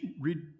read